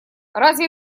разве